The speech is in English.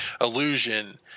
illusion